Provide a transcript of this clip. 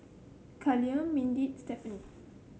Callum Mindi Stephanie